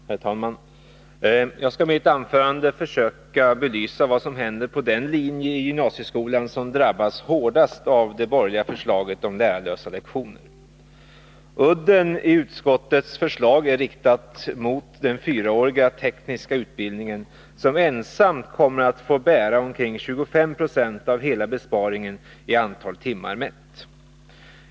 Herr talman! Jag skall i mitt anförande försöka belysa vad som händer på den linje i gymnasieskolan som drabbas hårdast av det borgerliga förslaget om lärarlösa lektioner. Udden i utskottets förslag är riktad mot den fyraåriga tekniska utbildningen, som ensam kommer att få bära omkring 25 96 av hela besparingen i antal timmar mätt.